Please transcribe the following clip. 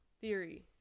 theory